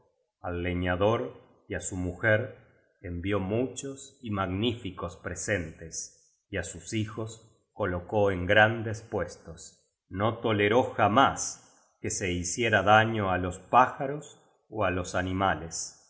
leñador y á su mujer envió muchos y magníficos presentes y á sus hijos colocó en grandes puestos no toleró jamás que se hiciera daño á los pájaros ó á los animales